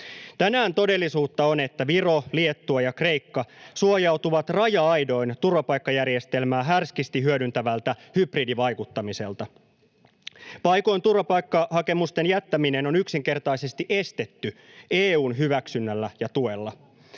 Tänään todellisuutta on, että Viro, Liettua ja Kreikka suojautuvat raja-aidoin turvapaikkajärjestelmää härskisti hyödyntävältä hybridivaikuttamiselta. Paikoin turvapaikkahakemusten jättäminen on yksinkertaisesti estetty EU:n hyväksynnällä ja tuella.